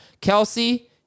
Kelsey